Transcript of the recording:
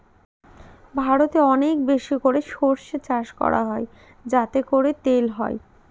ভারতে অনেক বেশি করে সর্ষে চাষ হয় যাতে করে তেল হয়